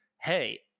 hey